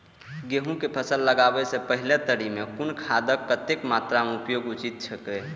गेहूं के फसल लगाबे से पेहले तरी में कुन खादक कतेक मात्रा में उपयोग उचित छेक?